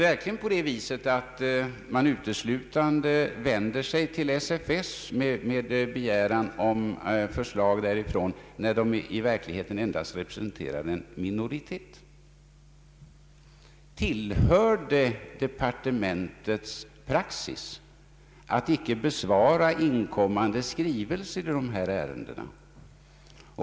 Vänder man sig uteslutande till SFS med begäran om förslag därifrån, fastän SFS i verkligheten endast representerar en minoritet av de tekniskt studerande? Tillhör det departementets praxis att icke besvara inkommande skrivelser i dessa ärenden?